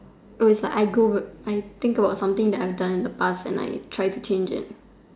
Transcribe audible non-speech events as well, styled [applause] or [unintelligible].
er is like I go [unintelligible] I think about something that I have done in the past and I try to change it